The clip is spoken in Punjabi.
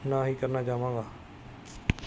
ਨਾ ਹੀ ਕਰਨਾ ਚਾਹਵਾਂਗਾ